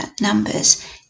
numbers